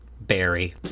Barry